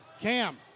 Cam